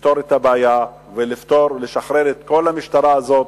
לפתור את הבעיה ולשחרר את כל המשטרה הזאת.